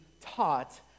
taught